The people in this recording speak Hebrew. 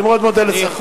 אני מאוד מודה לשר.